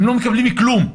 הם לא מקבלים כלום,